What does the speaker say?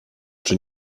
czy